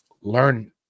Learn